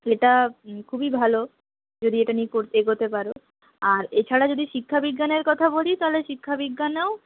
এটা খুবই ভালো যদি এটা নিয়ে করতে এগোতে পারো আর এছাড়া যদি শিক্ষাবিজ্ঞানের কথা বলি শিক্ষাবিজ্ঞানেও